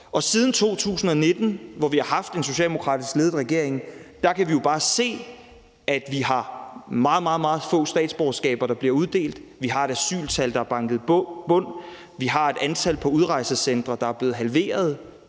siden 2019, hvor vi har haft en socialdemokratisk ledet regering, er blevet uddelt meget, meget få statsborgerskaber, at vi har et asyltal, der er banket i bund, og at vi har et antal mennesker på udrejsecentre, der er blevet halveret